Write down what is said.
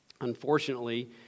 Unfortunately